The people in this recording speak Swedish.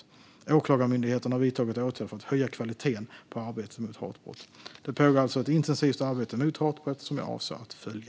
Även Åklagarmyndigheten har vidtagit åtgärder för att höja kvaliteten på arbetet mot hatbrott. Det pågår alltså ett intensivt arbete mot hatbrott som jag avser att följa.